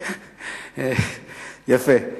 יפה.